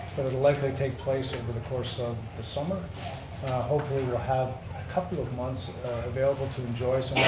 but it'll likely take place over the course of the summer. and hopefully you'll have a couple of months available to enjoy